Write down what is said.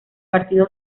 partido